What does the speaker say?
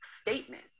statement